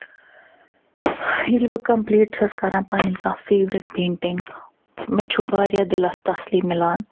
ییٚلہِ بہٕ کمپٕلیٖٹ چھَس کَران پنٕنۍ کانٛہہ فیٚورِٹ پیٚنٹِنٛگ مےٚ چھُ وارِیاہ دِلس تسلی مِلان